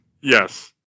Yes